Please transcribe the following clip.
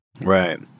Right